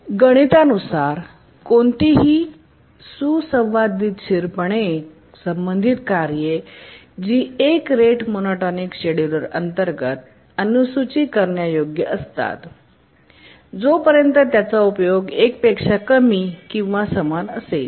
गणितानुसार कोणतीही सुसंवादशीरपणे संबंधित कार्ये जी एक रेट मोनोटोनिक शेड्यूलर अंतर्गत अनुसूची करण्यायोग्य असतात जोपर्यंत त्याचा उपयोग 1 पेक्षा कमी किंवा समान असेल